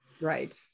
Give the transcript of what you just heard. right